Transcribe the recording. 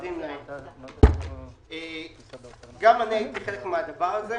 גם אני הייתי חלק מהדבר הזה,